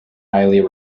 highly